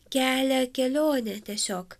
kelią kelionę tiesiog